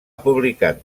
publicat